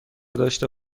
داشته